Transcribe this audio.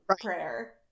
prayer